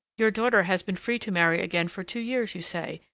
your daughter has been free to marry again for two years, you say,